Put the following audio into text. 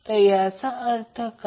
तरी याचा अर्थ काय